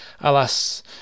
alas